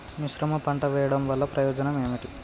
మిశ్రమ పంట వెయ్యడం వల్ల ప్రయోజనం ఏమిటి?